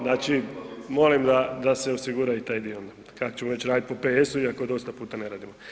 Znači, molim da, da se osigura i taj dio ak ćemo već radit po PS-u iako dosta puta ne radimo.